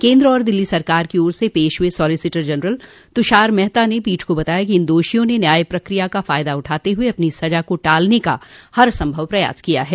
केंद्र और दिल्ली सरकार की ओर से पेश हुए सोलिस्टर जनरल तुषार मेहता ने पीठ को बताया कि इन दोषियों ने न्याय प्रक्रिया का फायदा उठाते हुए अपनी सजा को टालने का हर उपाय किया है